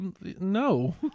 No